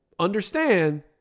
Understand